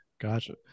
Gotcha